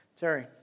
Terry